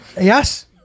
Yes